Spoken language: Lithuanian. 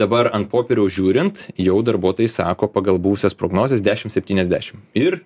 dabar ant popieriaus žiūrint jau darbuotojai sako pagal buvusias prognozes dešim septyniasdešim ir